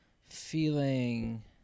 feeling